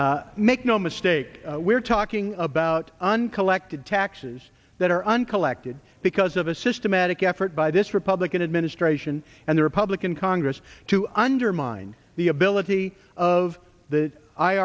make no mistake we're talking about uncollected taxes that are uncle acted because of a systematic effort by this republican administration and the republican congress to undermine the ability of the